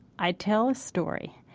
i tell a story,